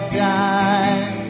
die